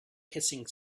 hissing